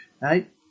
right